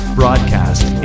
broadcast